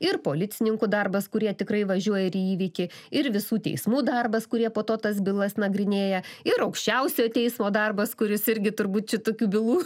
ir policininkų darbas kurie tikrai važiuoja ir į įvykį ir visų teismų darbas kurie po to tas bylas nagrinėja ir aukščiausiojo teismo darbas kuris irgi turbūt šitokių bylų